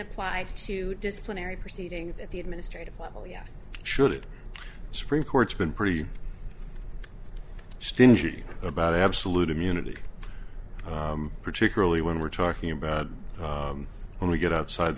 applied to disciplinary proceedings at the administrative level yes should it supreme court's been pretty stingy about absolute immunity particularly when we're talking about when we get outside